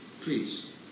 please